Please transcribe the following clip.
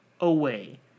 away